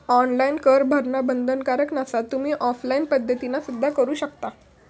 online कर भरणा बंधनकारक नसा, तुम्ही ऑफलाइन पद्धतीना सुद्धा करू शकता